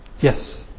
Yes